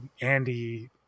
andy